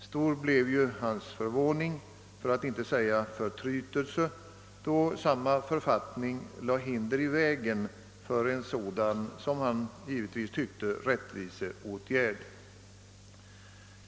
Stor blev därför hans förvåning, för att inte säga förtrytelse, när han erfor att samma författning lade hinder i vägen för en sådan enligt hans mening rättvis åtgärd.